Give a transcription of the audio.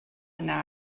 yna